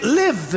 live